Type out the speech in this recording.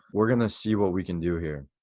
we're gonna see what we can do here.